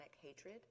hatred